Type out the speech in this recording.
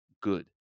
good